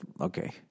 Okay